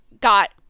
got